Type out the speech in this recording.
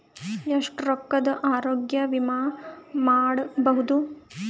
ಎಷ್ಟ ರೊಕ್ಕದ ಆರೋಗ್ಯ ವಿಮಾ ಮಾಡಬಹುದು?